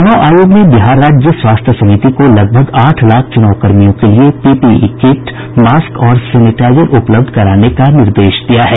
चुनाव आयोग ने बिहार राज्य स्वास्थ्य समिति को लगभग आठ लाख चुनाव कर्मियों को लिए पीपीई किट मास्क और सेनेटाइजर उपलब्ध कराने का निर्देश दिया है